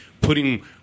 putting